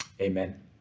Amen